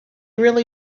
really